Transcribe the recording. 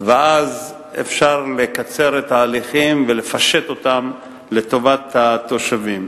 ואז אפשר לקצר את ההליכים ולפשט אותם לטובת התושבים.